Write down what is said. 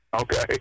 Okay